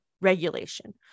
regulation